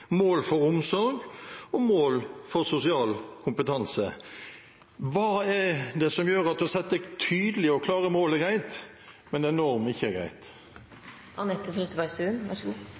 mål for «lek omsorg og sosial kompetanse». Hva er det som gjør at det å sette tydelige og klare mål er greit, men at en norm ikke er